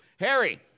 Harry